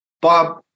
Bob